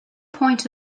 point